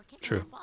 True